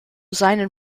seinen